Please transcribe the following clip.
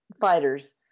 fighters